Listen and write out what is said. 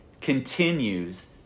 continues